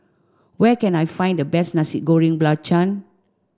where can I find the best Nasi Goreng Belacan